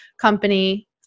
company